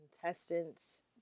contestants